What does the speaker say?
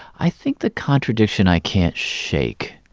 i think the contradiction i can't shake